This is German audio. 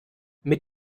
mit